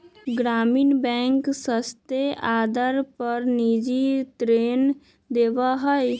ग्रामीण बैंक सस्ते आदर पर निजी ऋण देवा हई